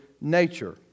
nature